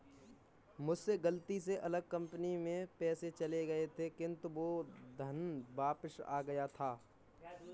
मुझसे गलती से अलग कंपनी में पैसे चले गए थे किन्तु वो धन वापिस आ गया था